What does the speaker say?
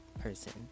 person